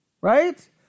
right